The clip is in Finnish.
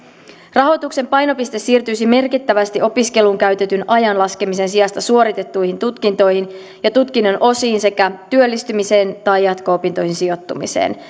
rahoituksen painopiste siirtyisi merkittävästi opiskeluun käytetyn ajan laskemisen sijasta suoritettuihin tutkintoihin ja tutkinnon osiin sekä työllistymiseen tai jatko opintoihin sijoittumiseen